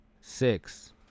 six